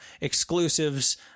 exclusives